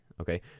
okay